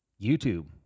YouTube